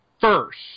first